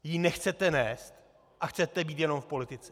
Nebo ji nechcete nést a chcete být jenom v politice?